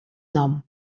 nom